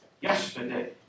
yesterday